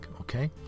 Okay